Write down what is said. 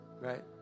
right